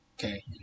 okay